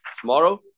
tomorrow